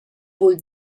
vul